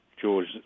George